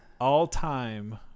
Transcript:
All-time